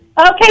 Okay